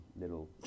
little